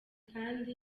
kandi